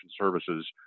services